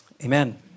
Amen